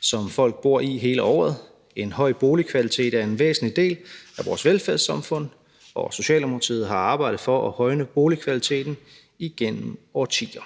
som folk bor i hele året. En høj boligkvalitet er en væsentlig del af vores velfærdssamfund, og Socialdemokratiet har arbejdet for at højne boligkvaliteten igennem årtier.